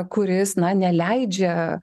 kuris na neleidžia